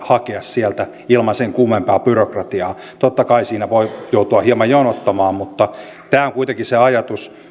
hakea sieltä ilman sen kummempaa byrokratiaa totta kai siinä voi joutua hieman jonottamaan mutta tämä on kuitenkin se ajatus